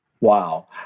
Wow